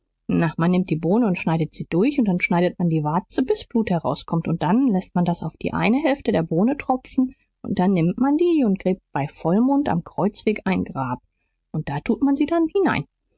na man nimmt die bohne und schneidet sie durch und dann schneidet man die warze bis blut herauskommt und dann läßt man das auf die eine hälfte der bohne tropfen und dann nimmt man die und gräbt bei vollmond am kreuzweg ein grab und da tut man sie dann hinein